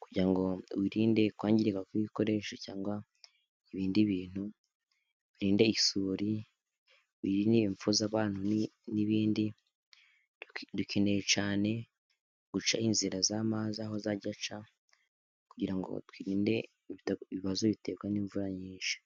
kugira urinde wirinde kwangirika kw'ikoresha cyangwa ibindi bintu, w'irinde isuri ndetse ni ipfu z'abantu n'ibindi dukeneye cyane, guca inzira z'amazi aho zajya aca kugira ngo twirinde ibibazo biterwa n'imvura nyinshi.